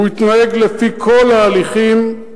הוא מתנהג לפי כל ההליכים.